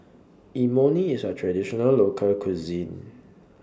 Imoni IS A Traditional Local Cuisine